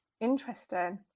Interesting